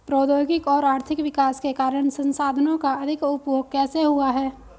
प्रौद्योगिक और आर्थिक विकास के कारण संसाधानों का अधिक उपभोग कैसे हुआ है?